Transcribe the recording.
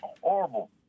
horrible